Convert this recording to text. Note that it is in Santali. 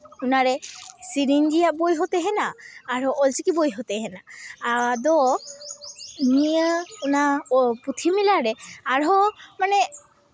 ᱚᱱᱟᱨᱮ ᱥᱮᱨᱮᱧ ᱨᱮᱭᱟᱜ ᱵᱳᱭ ᱦᱚᱸ ᱛᱟᱦᱮᱱᱟ ᱟᱨᱦᱚᱸ ᱚᱞᱪᱤᱠᱤ ᱵᱳᱭ ᱦᱚᱸ ᱛᱟᱦᱮᱱᱟ ᱟᱫᱚ ᱱᱤᱭᱟᱹ ᱚᱱᱟ ᱯᱩᱛᱷᱤ ᱢᱮᱞᱟᱨᱮ ᱟᱨᱦᱚᱸ ᱢᱟᱱᱮ